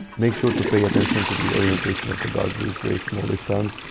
make sure to pay attention to the orientation of the dark bluish gray small liftarms,